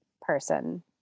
person